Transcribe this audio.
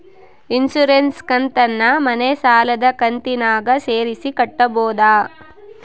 Insurance ಕಂತನ್ನ ಮನೆ ಸಾಲದ ಕಂತಿನಾಗ ಸೇರಿಸಿ ಕಟ್ಟಬೋದ?